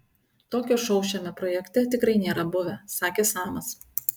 tokio šou šiame projekte tikrai nėra buvę sakė samas